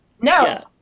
No